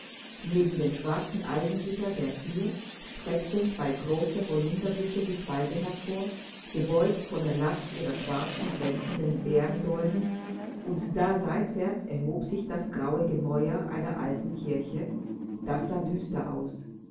neben dem schwarzen eisengitter der thür streckten zwei große holunderbüsche die zweige hervor gebeugt von der last ihrer schwarzen glänzenden beerendolden und da seitwärts erhob sich das graue gemäuer einer alten kirche das sah düster aus